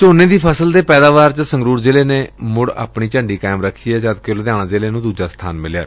ਜ਼ੀਰੀ ਦੀ ਫਸਲ ਦੇ ਪੈਦਾਵਾਰ ਚ ਸੰਗਰੂਰ ਜ਼ਿਲ੍ਹੇ ਨੇ ਮੁੜ ਆਪਣੀ ਝੰਡੀ ਕਾਇਮ ਰੱਖੀ ਜਦਕਿ ਲੁਧਿਆਣਾ ਜ਼ਿਲ੍ਹੇ ਨੂੰ ਦੁਜਾ ਸਬਾਨ ਮਿਲਿਆ